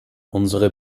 unsere